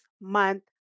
month